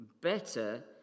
better